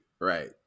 right